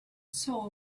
soul